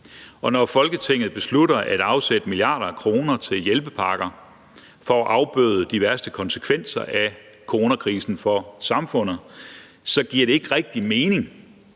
når Folketinget beslutter at afsætte milliarder af kroner til hjælpepakker for at afbøde de værste konsekvenser af coronakrisen for samfundet, så giver det ikke rigtig nogen